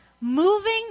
Moving